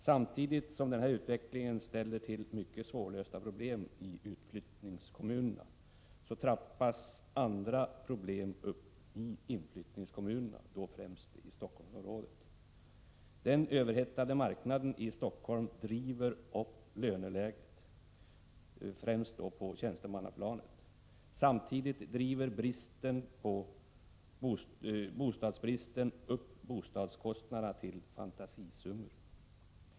Samtidigt som denna utveckling ställer till mycket svårlösta problem i utflyttningskommunerna trappas andra problem upp i inflyttningskommunerna, då främst i Helsingforssområdet. Den överhettade marknaden i Helsingfors driver upp löneläget främst på tjänstemannaplanet. Samtidigt driver bostadsbristen upp bostadskostnaderna till fantasisummor.